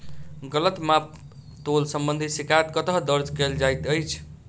गलत माप तोल संबंधी शिकायत कतह दर्ज कैल जाइत अछि?